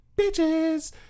bitches